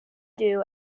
doo